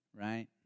right